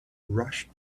rushed